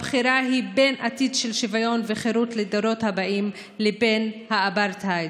הבחירה היא בין עתיד של שוויון וחירות לדורות הבאים לבין האפרטהייד.